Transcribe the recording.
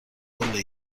قله